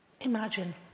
imagine